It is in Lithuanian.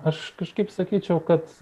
aš kažkaip sakyčiau kad